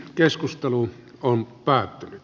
keskustelu on päättynyt